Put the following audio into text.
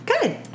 Good